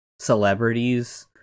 celebrities